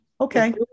Okay